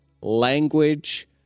language